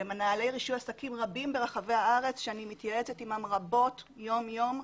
למנהלי רישוי עסקים רבים ברחבי הארץ שאני מתייעצת עמם רבות יום יום,